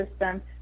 system